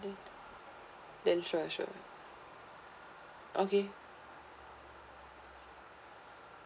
mm then sure sure okay